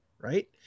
right